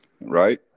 Right